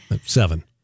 seven